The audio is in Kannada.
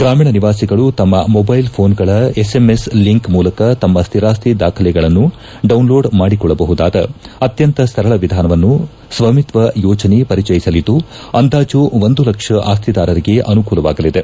ಗ್ರಾಮೀಣ ನಿವಾಸಿಗಳು ತಮ್ನ ಮೊದ್ದೆಲ್ ಫೋನ್ಗಳ ಎಸ್ಎಂಎಸ್ ಲಿಂಕ್ ಮೂಲಕ ತಮ್ನ ಸ್ಟಿರಾಸ್ತಿ ದಾಖಲೆಗಳನ್ನು ಡೌನ್ಲೋಡ್ ಮಾಡಿಕೊಳ್ಳಬಹುದಾದ ಅತ್ಯಂತ ಸರಳ ವಿಧಾನವನ್ನು ಸ್ನಾಮಿತ್ವ ಯೋಜನೆ ಪರಿಚಯಿಸಲಿದ್ದು ಅಂದಾಜು ಒಂದು ಲಕ್ಷ ಆಸ್ತಿದಾರರಿಗೆ ಅನುಕೂವಾಗಲಿದೆ